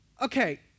Okay